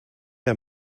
der